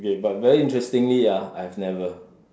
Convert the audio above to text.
okay but very interestingly ah I've never